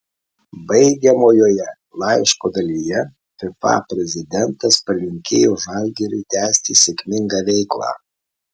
baigiamojoje laiško dalyje fifa prezidentas palinkėjo žalgiriui tęsti sėkmingą veiklą